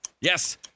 Yes